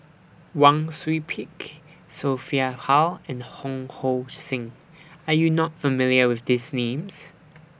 Wang Sui Pick Sophia Hull and Ho Hong Sing Are YOU not familiar with These Names